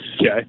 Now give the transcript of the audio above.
Okay